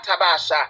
Tabasha